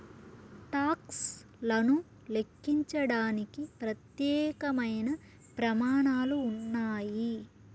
talks లను లెక్కించడానికి ప్రత్యేకమైన ప్రమాణాలు ఉన్నాయి